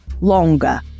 longer